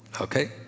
Okay